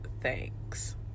thanks